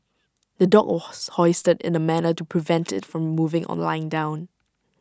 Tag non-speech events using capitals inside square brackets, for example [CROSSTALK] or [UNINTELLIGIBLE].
the dog [UNINTELLIGIBLE] hoisted in A manner to prevent IT from moving or lying down